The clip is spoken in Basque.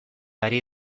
ari